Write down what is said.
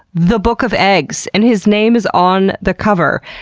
the book of eggs and his name is on the cover.